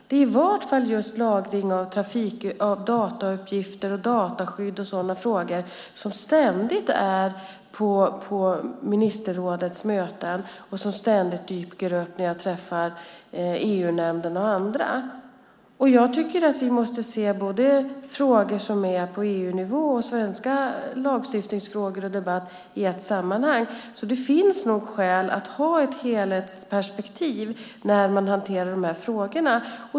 Det är i vart fall just lagring av datauppgifter, dataskydd och sådana frågor som ständigt är uppe på ministerrådets möten och som ständigt dyker upp när jag träffar EU-nämnden och andra. Jag tycker att vi måste se både frågor som är på EU-nivå och svenska lagstiftningsfrågor och debatt i ett sammanhang, så det finns nog skäl att ha ett helhetsperspektiv när man hanterar de här frågorna.